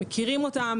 מכירים אותם.